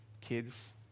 kids